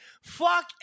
Fuck